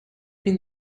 been